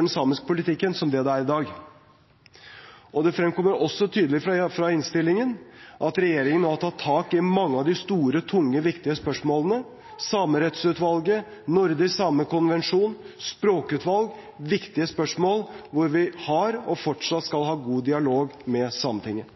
den samiske politikken, som det det er i dag. Det fremkommer også tydelig av innstillingen at regjeringen nå har tatt tak i mange av de store, tunge og viktige spørsmålene: Samerettsutvalget, nordisk samekonvensjon, språkutvalg – viktige spørsmål hvor vi har, og fortsatt skal ha, god dialog med Sametinget.